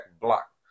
block